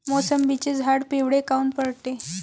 मोसंबीचे झाडं पिवळे काऊन पडते?